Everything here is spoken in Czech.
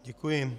Děkuji.